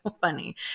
funny